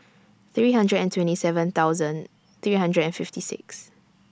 three hundred and twenty seven thousand three hundred and fifty six